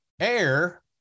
air